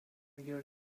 year